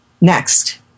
Next